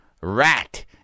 rat